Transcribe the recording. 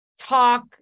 talk